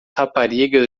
raparigas